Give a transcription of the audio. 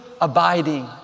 abiding